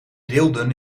deelden